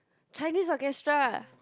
Chinese orchestra